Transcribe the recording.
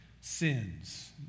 sins